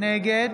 נגד